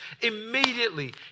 Immediately